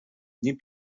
nie